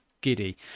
giddy